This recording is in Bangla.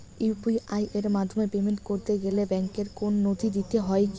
ইউ.পি.আই এর মাধ্যমে পেমেন্ট করতে গেলে ব্যাংকের কোন নথি দিতে হয় কি?